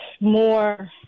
more